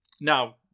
Now